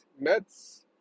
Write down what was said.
Mets